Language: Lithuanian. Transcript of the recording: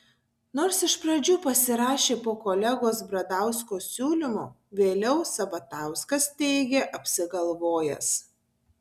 nors iš pradžių pasirašė po kolegos bradausko siūlymu vėliau sabatauskas teigė apsigalvojęs